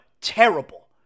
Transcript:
terrible